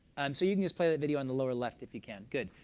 um so you can just play that video on the lower left if you can. good.